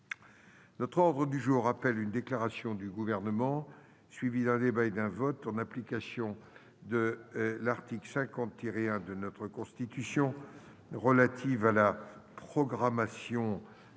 L'ordre du jour appelle une déclaration du Gouvernement, suivie d'un débat et d'un vote, en application de l'article 50-1 de la Constitution, relative à la programmation militaire.